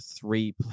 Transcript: three